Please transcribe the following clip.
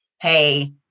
hey